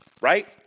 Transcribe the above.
right